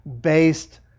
based